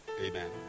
Amen